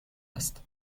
است